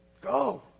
Go